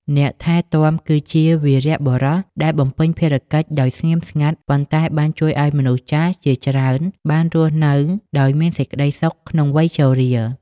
អ្នកថែទាំគឺជាវីរបុរសដែលបំពេញភារកិច្ចដោយស្ងៀមស្ងាត់ ប៉ុន្តែបានជួយឱ្យមនុស្សចាស់ជាច្រើនបានរស់នៅដោយមានសេចក្តីសុខក្នុងវ័យជរា។